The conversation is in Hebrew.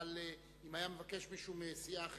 אבל אם היה מבקש מישהו מסיעה אחרת,